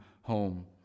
home